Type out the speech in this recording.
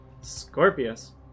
Scorpius